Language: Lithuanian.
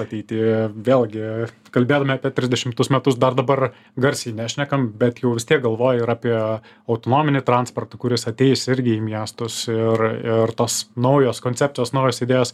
ateity vėlgi kalbėdami apie trisdešimtus metus dar dabar garsiai nešnekam bet jau vis tiek galvoju ir apie autonominį transportą kuris ateis irgi į miestus ir ir tos naujos koncepcijos naujos idėjos